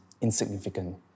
insignificant